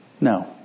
no